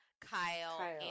Kyle